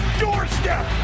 doorstep